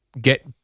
get